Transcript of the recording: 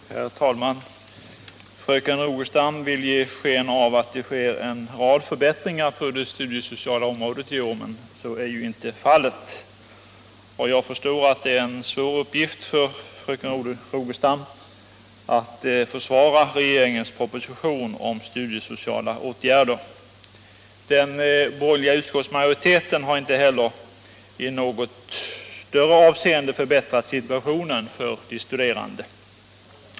Herr talman! Fröken Rogestam vill ge sken av att det sker en rad förbättringar på det studiesociala området i år, men så är inte fallet. Jag förstår att det är en svår uppgift för fröken Rogestam att försvara regeringens proposition om studiesociala åtgärder. Den borgerliga utskottsmajoriteten har inte heller i något viktigare avseende förbättrat situationen för de studerande.